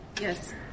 Yes